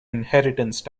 inheritance